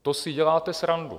To si děláte srandu.